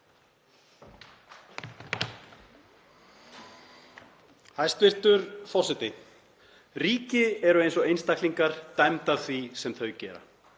Hæstv. forseti. Ríki eru eins og einstaklingar, dæmd af því sem þau gera.